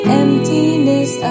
emptiness